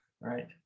right